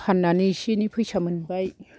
फाननानै एसे एनै फैसा मोनबाय